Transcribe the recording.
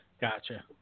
Gotcha